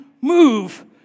move